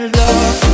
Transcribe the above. love